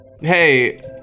Hey